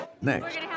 next